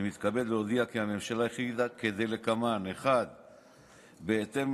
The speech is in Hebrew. אני מתכבד להודיע כי הממשלה החליטה כדלקמן: 1. בהתאם